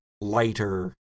lighter